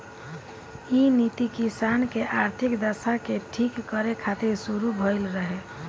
इ नीति किसान के आर्थिक दशा के ठीक करे खातिर शुरू भइल रहे